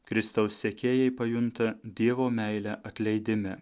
kristaus sekėjai pajunta dievo meilę atleidime